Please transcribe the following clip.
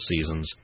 seasons